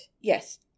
Yes